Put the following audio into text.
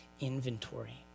inventory